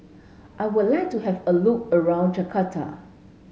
I would like to have a look around Jakarta